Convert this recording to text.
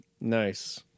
Nice